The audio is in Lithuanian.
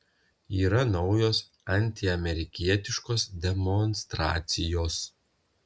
yra naujos antiamerikietiškos demonstracijos